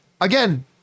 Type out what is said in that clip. again